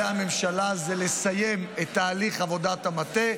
הממשלה הוא לסיים את תהליך עבודת המטה.